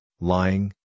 lying